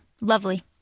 Lovely